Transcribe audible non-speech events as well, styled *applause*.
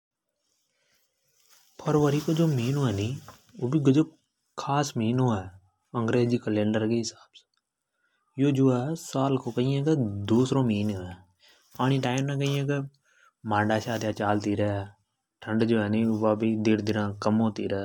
﻿फरवरी को *noise* जो मिन्यो है नि वु भी गजब खास महीना है अंग्रेजी कैलेंडर के हिसाब से यो साल को दूसरों महीना है। अ ण टाइम ने कई है की मांडा शाद या चलती रे ठंड जो वा भी कम होती रे